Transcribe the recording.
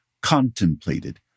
contemplated